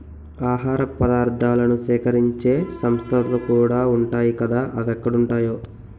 ఆహార పదార్థాలను సేకరించే సంస్థలుకూడా ఉంటాయ్ కదా అవెక్కడుంటాయో